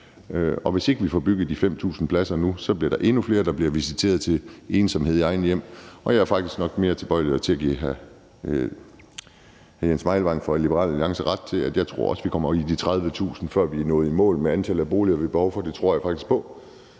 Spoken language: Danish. Hvis ikke vi får etableret de 5.000 pladser nu, bliver der endnu flere, der bliver visiteret til ensomhed i eget hjem. Og jeg er nok tilbøjelig til at give hr. Jens Meilvang fra Liberal Alliance ret i, at vi kommer op på de 30.000, før vi er nået i mål med antallet af boliger, vi har behov for – det tror jeg faktisk på.